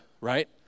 right